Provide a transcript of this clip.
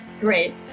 Great